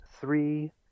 three